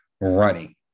running